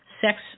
sex